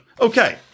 Okay